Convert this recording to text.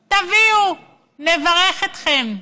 תביאו, נברך אתכם.